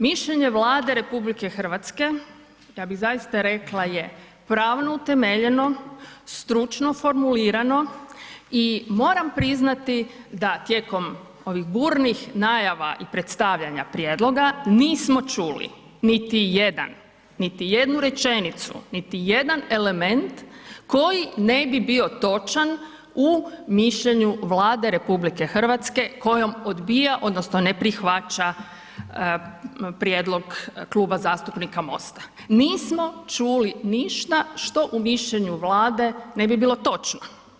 Mišljenje Vlade RH, ja bih zaista rekla, je pravno utemeljeno, stručno formulirano i moram priznati da tijekom ovih burnih najava i predstavljanja prijedloga nismo čuli niti jedan, niti jednu rečenicu, niti jedan element koji ne bi bio točan u mišljenju Vlade RH kojom odbija odnosno ne prihvaća prijedlog Kluba zastupnika MOST-a, nismo čuli ništa što u mišljenju Vlade ne bi bilo točno.